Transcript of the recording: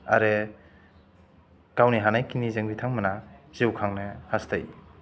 आरो गावनि हानायखिनिजों बिथांमोना जिउखांनो हास्थायो